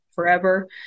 forever